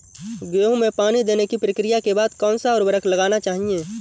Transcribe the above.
गेहूँ में पानी देने की प्रक्रिया के बाद कौन सा उर्वरक लगाना चाहिए?